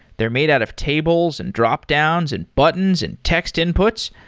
they're made out of tables, and dropdowns, and buttons, and text inputs.